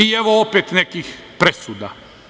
I evo opet nekih presuda.